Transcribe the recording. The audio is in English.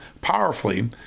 powerfully